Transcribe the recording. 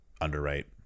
underwrite